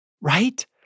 Right